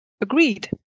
agreed